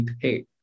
hey